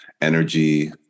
energy